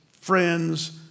friends